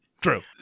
true